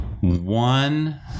one